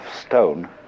stone